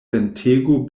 ventego